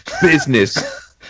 business